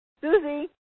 Susie